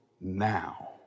now